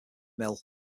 mill